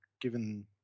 given